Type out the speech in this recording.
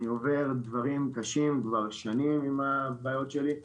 אני עובר דברים קשים כבר שנים עם הבעיות שלי.